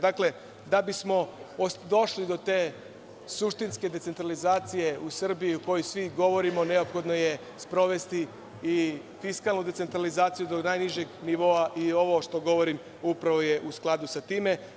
Dakle, da bismo došli do te suštinske decentralizacije u Srbiji o kojoj svi govorimo, neophodno je sprovesti i fiskalnu decentralizaciju do najnižeg nivoa i ovo što govorim upravo je u skladu sa time.